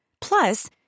Plus